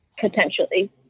potentially